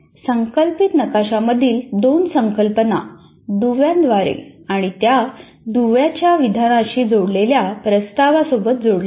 संकल्पित नकाशामधील दोन संकल्पना दुव्याद्वारे आणि त्या दुव्याच्या विधानाशी जोडलेल्या प्रस्तावासोबत जोडल्या आहेत